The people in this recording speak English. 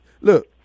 look